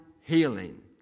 healing